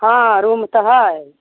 हँ रूम तऽ हइ